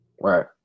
Right